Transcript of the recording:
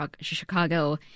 Chicago